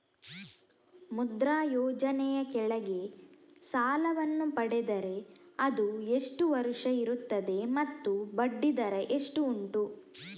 ಮುದ್ರಾ ಯೋಜನೆ ಯ ಕೆಳಗೆ ಸಾಲ ವನ್ನು ಪಡೆದರೆ ಅದು ಎಷ್ಟು ವರುಷ ಇರುತ್ತದೆ ಮತ್ತು ಬಡ್ಡಿ ದರ ಎಷ್ಟು ಉಂಟು?